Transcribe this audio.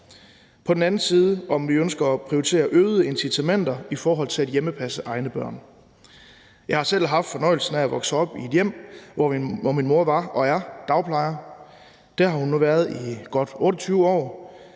på den anden side, om vi ønsker at prioritere øgede incitamenter i forhold til at hjemmepasse egne børn. Jeg har selv haft fornøjelsen af at vokse op i et hjem, hvor min mor var og er dagplejer – det har hun nu været i godt 28 år